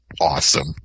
Awesome